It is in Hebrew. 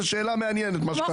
זו שאלה מעניינת מה שקרה כאן.